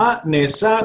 מה נעשה,